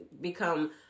become